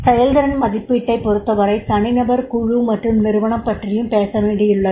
செயல்திறன் மதிப்பீட்டைப் பொறுத்தவரை தனிநபர் குழு மற்றும் நிறுவனம் பற்றியும் பேச வேண்டியுள்ளது